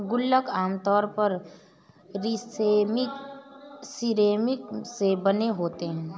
गुल्लक आमतौर पर सिरेमिक से बने होते हैं